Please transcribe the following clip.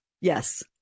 Yes